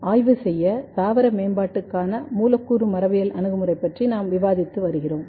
ஆய்வு செய்ய தாவர மேம்பாட்டுக்கான மூலக்கூறு மரபியல் அணுகுமுறை பற்றி நாம் இன்னும் விவாதித்து வருகிறோம்